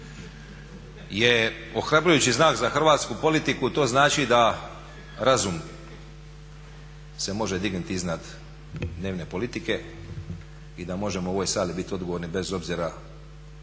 je ohrabrujući znak za hrvatsku politiku. To znači da razum se može dignuti iznad dnevne politike i da možemo u ovoj sali biti odgovorni bez obzira